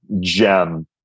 gem